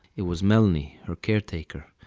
it was melnie, her caretaker,